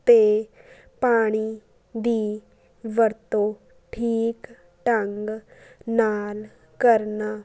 ਅਤੇ ਪਾਣੀ ਦੀ ਵਰਤੋਂ ਠੀਕ ਢੰਗ ਨਾਲ ਕਰਨਾ